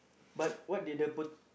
but what did the pot~